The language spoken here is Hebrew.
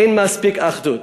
אין מספיק אחדות,